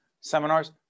seminars